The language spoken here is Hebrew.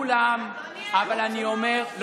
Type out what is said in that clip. באולם הזה ומאשים, שנייה, שנייה, תני לי.